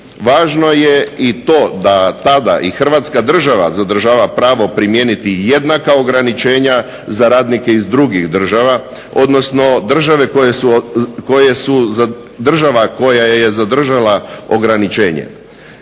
Važno je to da i tada Hrvatska država zadržava pravo primijeniti jednaka ograničenja za radnike iz drugih država, odnosno država koja je zadržala ograničenje.